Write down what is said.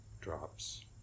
drops